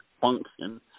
function